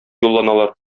юлланалар